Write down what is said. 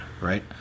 right